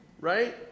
Right